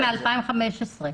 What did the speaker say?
מ-2015.